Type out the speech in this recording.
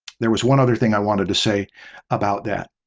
there was one other thing i wanted to say about that.